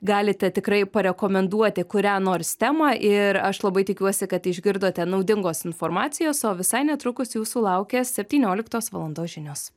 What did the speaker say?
galite tikrai parekomenduoti kurią nors temą ir aš labai tikiuosi kad išgirdote naudingos informacijos o visai netrukus jūsų laukia septynioliktos valandos žinios